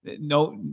No